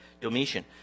Domitian